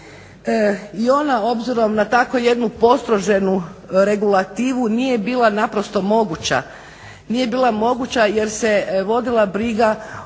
i ona obzirom na tako jednu postroženu regulativu nije bila naprosto moguća, nije bila moguća jer se vodila briga